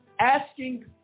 Asking